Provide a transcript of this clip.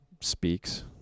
speaks